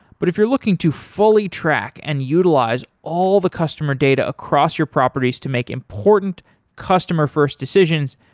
but if you're looking to fully track and utilize all the customer data across your properties to make important customer-first decisions,